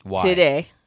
today